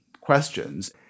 questions